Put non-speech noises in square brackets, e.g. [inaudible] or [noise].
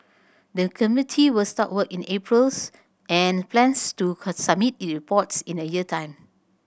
the committee will start work in April [unintelligible] and plans to [unintelligible] submit its report in a year's time